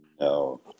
No